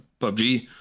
pubg